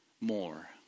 more